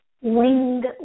winged